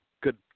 good